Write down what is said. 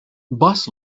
bus